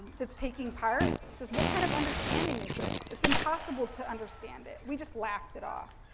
that's taking part. he says, what kind of understanding is this? it's impossible to understand it. we just laughed it off.